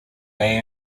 may